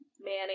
Manny